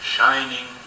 Shining